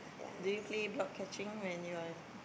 did you play block catching when you are